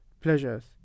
pleasures